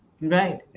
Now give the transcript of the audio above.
Right